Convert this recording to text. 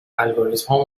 الگوریتمها